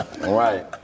Right